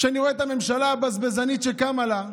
כשאני רואה את הממשלה הבזבזנית שקמה לה,